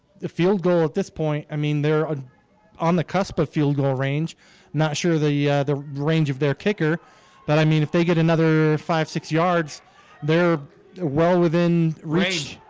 the field goal at this point. i mean they're ah on the cusp of field goal range not sure the yeah the range of their kicker but i mean if they get another five six yards they're well within reach.